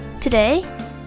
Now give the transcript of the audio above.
Today